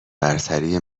برتری